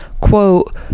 quote